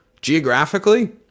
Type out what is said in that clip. geographically